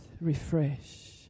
refresh